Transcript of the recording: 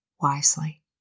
wisely